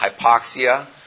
hypoxia